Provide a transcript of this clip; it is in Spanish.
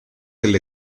del